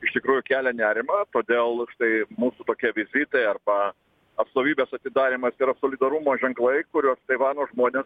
iš tikrųjų kelia nerimą todėl štai mūsų tokie vizitai arba atstovybės atidarymas yra solidarumo ženklai kuriuos taivano žmonės